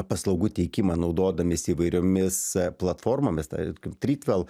paslaugų teikimą naudodamiesi įvairiomis platformomis tarkim trytvel